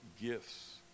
gifts